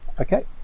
Okay